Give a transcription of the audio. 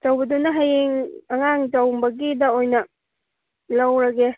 ꯑꯆꯧꯕꯗꯨꯅ ꯍꯌꯦꯡ ꯑꯉꯥꯡ ꯆꯋꯨꯝꯕꯒꯤꯗ ꯑꯣꯏꯅ ꯂꯧꯔꯒꯦ